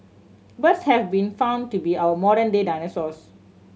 birds have been found to be our modern day dinosaurs